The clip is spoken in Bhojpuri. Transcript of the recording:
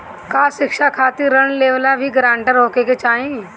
का शिक्षा खातिर ऋण लेवेला भी ग्रानटर होखे के चाही?